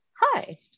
Hi